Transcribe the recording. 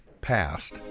passed